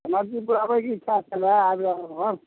समस्तीपुर आबैके इच्छा छलै आबि रहलहुँ हँ